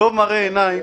"טוב מראה אוזניים